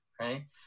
right